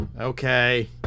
Okay